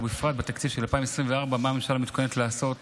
בפרט בתקציב של 2024, מה הממשלה מתכוננת לעשות